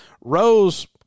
Rose